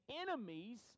enemies